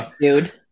dude